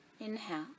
inhale